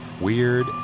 weird